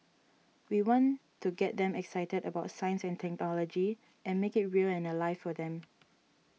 we want to get them excited about science and technology and make it real and alive for them